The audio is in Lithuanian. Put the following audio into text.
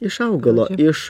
iš augalo iš